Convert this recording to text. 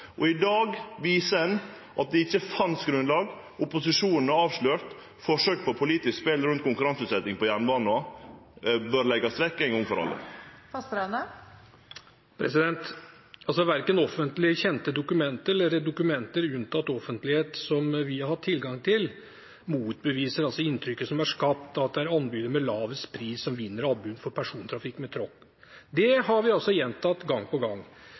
og i dag viser ein òg at det ikkje fanst grunnlag for det. Opposisjonen er avslørt. Forsøk på politisk spel rundt konkurranseutsetjing på jernbanen bør leggjast vekk ein gong for alle. Verken offentlig kjente dokumenter eller dokumenter unntatt offentlighet som vi har hatt tilgang til, motbeviser inntrykket som er skapt om at det er tilbydere med lavest pris som vinner anbud for persontrafikk med tog. Det har vi gjentatt gang på gang.